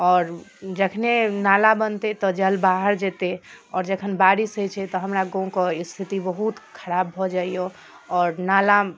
आओर जखने नाला बनतै तऽ जल बाहर जेतै आओर जखन बारिश होइ छै तऽ हमरा गाँव के स्थिति बहुत खराब भऽ जाइए आओर नाला